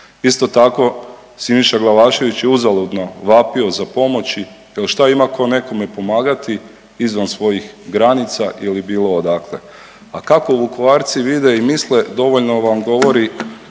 Isto tako, Siniša Glavašević je uzaludno vapio za pomoći jer šta ima tko nekome pomagati izvan svojih granica ili bilo odakle. A kako Vukovarci vide i misle, dovoljno vam govori